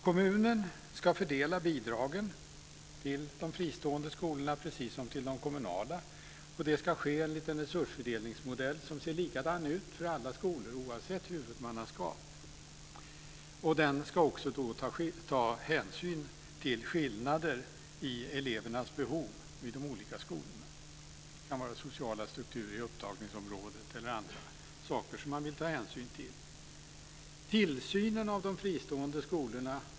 Kommunen ska fördela bidragen till de fristående skolorna precis som till de kommunala. Det ska ske enligt en resursfördelningsmodell som ser likadan ut för alla skolor, oavsett huvudmannaskap. Den ska också ta hänsyn till skillnader i elevernas behov vid de olika skolorna. De kan vara sociala strukturer i upptagningsområdet eller andra saker som man vill ta hänsyn till.